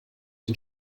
den